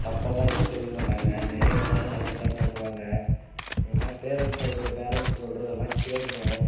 தப்பால்லாம் எதுவும் சொல்ல மாட்டாங்க அது எது பண்ணாலும் நல்லதுதான் பண்ணுவாங்க ஏன்னா பேரன்ட்ஸ் சொல்கிற பேரன்ட்ஸு சொல்றதெல்லாம் கேட்கணும்